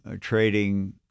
trading